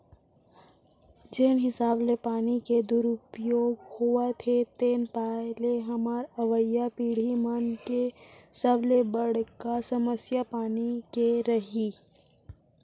जेन हिसाब ले पानी के दुरउपयोग होवत हे तेन पाय ले हमर अवईया पीड़ही मन के सबले बड़का समस्या पानी के रइही